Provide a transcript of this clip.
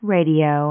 Radio